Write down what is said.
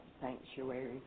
Sanctuary